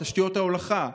את תשתיות ההולכה?